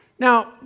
Now